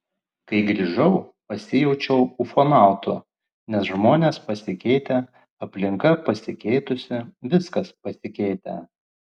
kai grįžau pasijaučiau ufonautu nes žmonės pasikeitę aplinka pasikeitusi viskas pasikeitę